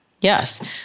Yes